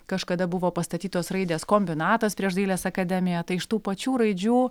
kažkada buvo pastatytos raidės kombinatas prieš dailės akademiją tai iš tų pačių raidžių